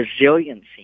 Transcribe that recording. resiliency